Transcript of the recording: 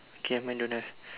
okay mine don't have